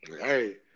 hey